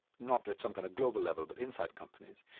not at some kind of global level, but inside companies.